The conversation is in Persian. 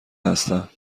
هستم